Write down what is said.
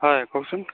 হয় কওকচোন